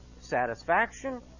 Satisfaction